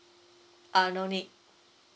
ah don't need